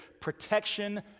protection